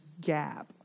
gap